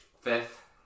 Fifth